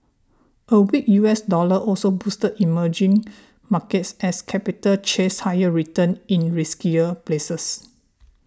a weak U S dollar also boosted emerging markets as capital chased higher returns in riskier places